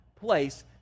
place